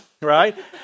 right